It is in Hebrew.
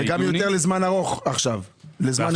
וגם לזמן ארוך יותר עכשיו.